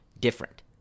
different